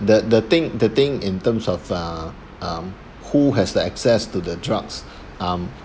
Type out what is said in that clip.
the the thing the thing in terms of uh um who has the access to the drugs um